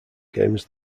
games